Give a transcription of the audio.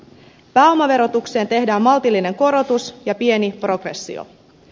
pääomaverotukseen tehdään maltillinen korotus ja pieni progressio